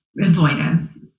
avoidance